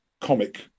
comic